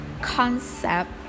concept